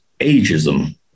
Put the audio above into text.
ageism